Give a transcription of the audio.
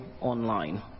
online